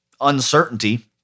uncertainty